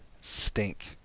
stink